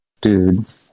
dude